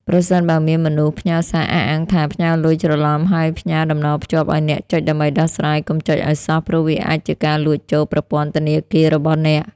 ប្រសិនបើមានមនុស្សផ្ញើសារអះអាងថាផ្ញើលុយច្រឡំ ហើយផ្ញើតំណភ្ជាប់ឱ្យអ្នកចុចដើម្បីដោះស្រាយ កុំចុចឱ្យសោះ ព្រោះវាអាចជាការលួចចូលប្រព័ន្ធធនាគាររបស់អ្នក។